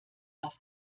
auf